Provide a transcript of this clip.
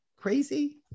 crazy